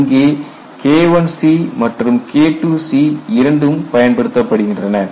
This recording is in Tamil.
இங்கே K IC மற்றும் KIIC இரண்டும் பயன்படுத்தப்படுகின்றன